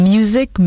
Music